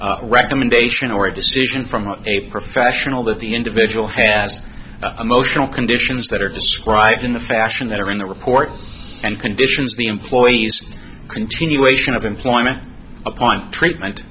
recommendation or a decision from a professional that the individual has emotional conditions that are described in the fashion that are in the report and conditions the employee's continuation of employment upon treatment